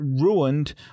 ruined